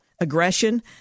aggression